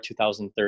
2030